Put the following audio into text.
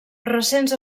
recents